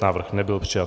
Návrh nebyl přijat.